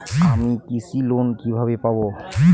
আমি কৃষি লোন কিভাবে পাবো?